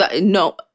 No